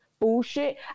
bullshit